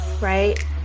right